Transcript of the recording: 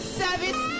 service